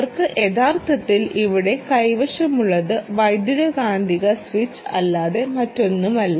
അവർക്ക് യഥാർത്ഥത്തിൽ ഇവിടെ കൈവശമുള്ളത് വൈദ്യുതകാന്തിക സ്വിച്ച് അല്ലാതെ മറ്റൊന്നുമല്ല